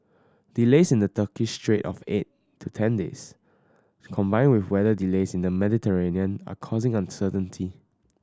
delays in the Turkish strait of eight to ten days combined with weather delays in the Mediterranean are causing uncertainty